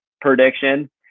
prediction